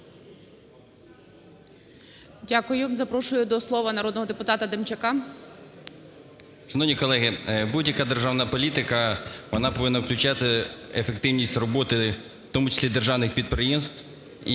Дякую. Запрошую до слова народного депутата Демчака.